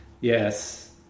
Yes